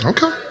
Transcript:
Okay